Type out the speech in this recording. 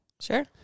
Sure